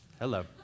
Hello